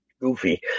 goofy